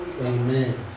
Amen